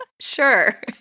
Sure